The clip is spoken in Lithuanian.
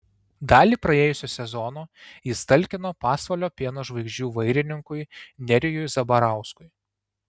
dalį praėjusio sezono jis talkino pasvalio pieno žvaigždžių vairininkui nerijui zabarauskui